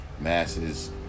masses